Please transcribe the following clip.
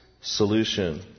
solution